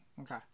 Okay